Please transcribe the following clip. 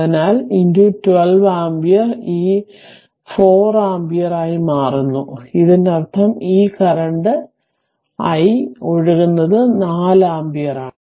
അതിനാൽ 12 ആമ്പിയർ ഇത് 4 ആമ്പിയർ ആയി മാറുന്നു ഇതിനർത്ഥം ഈ i കറന്റ് ഒഴുകുന്നത് 4 ആമ്പിയറാണ്